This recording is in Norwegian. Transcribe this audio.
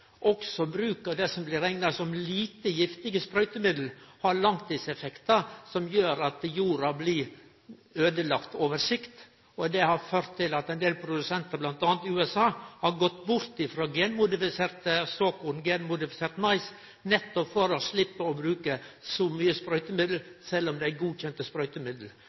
også bruk av det som blir rekna som lite giftige sprøytemiddel, har langtidseffektar som gjer at jorda blir øydelagd på sikt. Det har ført til at ein del produsentar, bl.a. i USA, har gått bort frå genmodifiserte såkorn og mais nettopp for å sleppe å bruke så mykje sprøytemiddel, sjølv om det er godkjende sprøytemiddel.